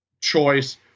choice